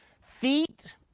feet